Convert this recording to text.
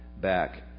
back